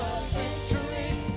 victory